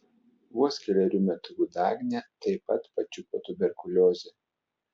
vos kelerių metukų dagnę taip pat pačiupo tuberkuliozė